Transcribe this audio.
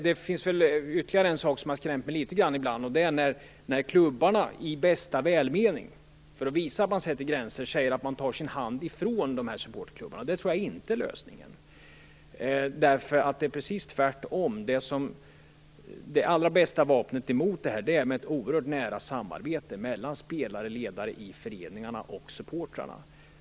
Det finns ytterligare en sak som har skrämt mig litet grand ibland, och det är när klubbarna i bästa välmening för att visa att man sätter gränser säger att man tar sin hand ifrån de här supporterklubbarna. Det tror jag inte är lösningen. Det är precis tvärtom. Det allra bästa vapnet emot det här är ett oerhört nära samarbete mellan spelare och ledare i föreningarna och supportrarna.